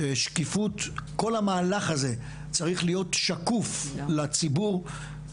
שקיפות כל המהלך הזה צריך להיות שקוף לציבור.